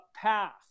path